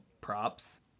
props